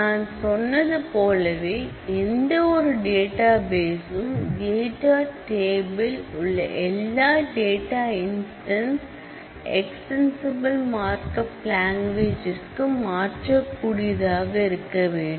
நான் சொன்னதுபோலவே எந்த ஒரு டேட்டா பேசும் டேட்டா டேபில உள்ள எல்லா data instance extensible mark language ற்கு மாற்றக் கூடியதாக இருக்க வேண்டும்